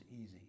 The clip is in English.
easy